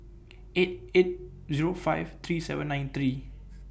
eight eight Zero five three seven nine three